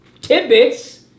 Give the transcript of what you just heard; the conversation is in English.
tidbits